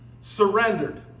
surrendered